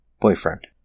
Boyfriend